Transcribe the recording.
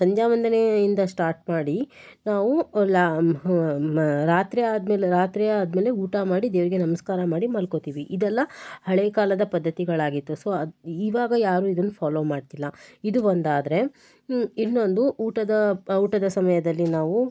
ಸಂಧ್ಯಾವಂದನೆಯಿಂದ start ಮಾಡಿ ನಾವು ಲಾ ರಾತ್ರಿ ಆದ್ಮೇಲೆ ರಾತ್ರಿ ಆದ್ಮೇಲೆ ಊಟ ಮಾಡಿ ದೇವರಿಗೆ ನಮಸ್ಕಾರ ಮಾಡಿ ಮಲ್ಕೊತಿವಿ ಇದೆಲ್ಲ ಹಳೇ ಕಾಲದ ಪದ್ಧತಿಗಳಾಗಿತ್ತು ಸೊ ಅದು ಇವಾಗ ಯಾರು ಇದನ್ನ ಯಾರು ಪೊಲೋ ಮಾಡ್ತಿಲ್ಲ ಇದು ಒಂದು ಆದರೆ ಇನ್ನೊಂದು ಊಟದ ಊಟದ ಸಮಯದಲ್ಲಿ ನಾವು